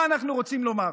מה אנחנו רוצים לומר?